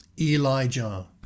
Elijah